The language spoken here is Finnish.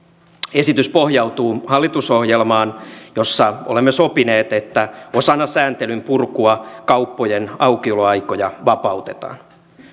esitys pohjautuu hallitusohjelmaan jossa olemme sopineet että osana sääntelyn purkua kauppojen aukioloaikoja vapautetaan